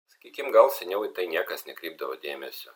sakykim gal seniau į tai niekas nekreipdavo dėmesio